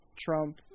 Trump